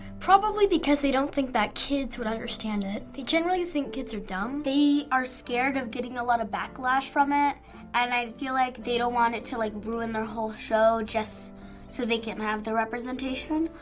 probably because they don't think that kids would understand it. they generally think kids are dumb. they are scared of getting a lot of backlash from it and i feel like they don't want it to like ruin their whole show just so they can have the representation,